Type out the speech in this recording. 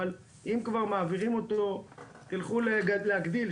אבל אם כבר מעבירים אותו תלכו להגדיל,